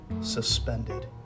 suspended